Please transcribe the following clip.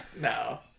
No